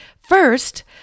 first